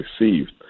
received